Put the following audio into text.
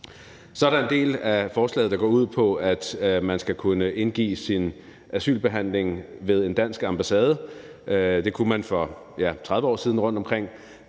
Så er der en del af forslaget, der går ud på, at man skal kunne indgive sin asylansøgning ved en dansk ambassade. Det kunne man for, ja, 30 år siden rundtomkring.